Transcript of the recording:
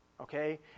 Okay